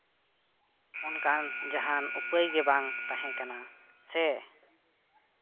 ᱚᱱᱠᱟᱱ ᱡᱟᱦᱟᱱ ᱩᱯᱟᱹᱭ ᱜᱮ ᱵᱟᱝ ᱛᱟᱦᱮᱸ ᱠᱟᱱᱟ ᱥᱮ